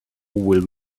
will